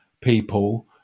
people